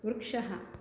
वृक्षः